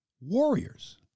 Warriors